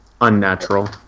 Unnatural